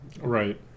Right